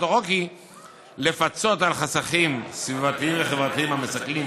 החוק היא לפצות על חסכים סביבתיים וחברתיים המסכלים